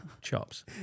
chops